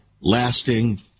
lasting